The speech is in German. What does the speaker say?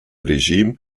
regime